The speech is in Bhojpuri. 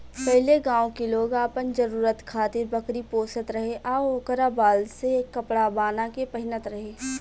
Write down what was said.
पहिले गांव के लोग आपन जरुरत खातिर बकरी पोसत रहे आ ओकरा बाल से कपड़ा बाना के पहिनत रहे